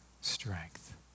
strength